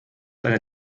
eine